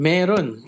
Meron